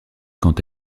quant